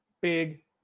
big